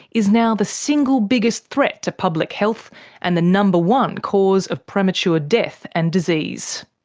is now the single biggest threat to public health and the number one cause of premature death and disease.